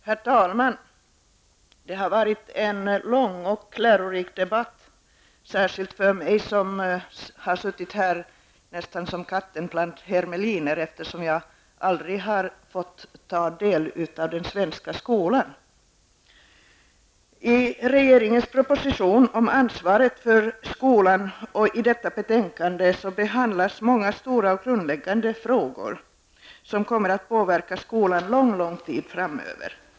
Herr talman! Det har varit en lång och lärorik debatt, särskilt för mig som har suttit här nästan som katten bland hermelinerna, eftersom jag aldrig har fått ta del av den svenska skolan. I regeringens proposition om ansvaret för skolan och i utbildningsutskottets betänkande 4 behandlas många stora och grundläggande frågor som kommer att påverka skolan lång tid framöver.